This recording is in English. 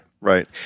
Right